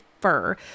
fur